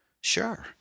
Sure